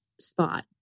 spot